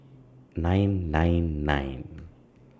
nine nine nine